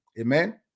Amen